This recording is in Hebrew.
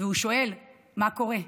והוא שואל מה קורה.